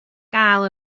gael